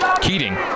Keating